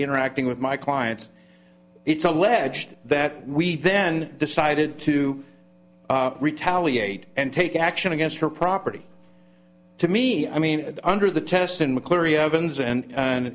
interacting with my clients it's alleged that we then decided to retaliate and take action against her property to me i mean under the tests in mccleary evans and